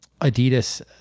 Adidas